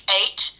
eight